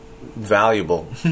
valuable